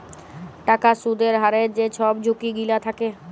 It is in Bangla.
টাকার সুদের হারের যে ছব ঝুঁকি গিলা থ্যাকে